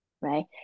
right